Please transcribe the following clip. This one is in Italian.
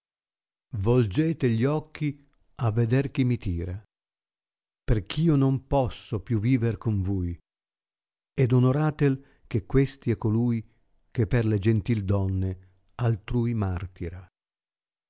ele gli occhi a veder chi mi tira per eh ib non posso più viver con ui ed onorate che questi è colui che per le gentil donne altrui marlira